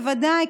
בוודאי,